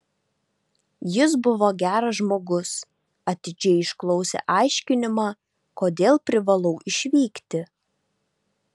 jis buvo geras žmogus atidžiai išklausė aiškinimą kodėl privalau išvykti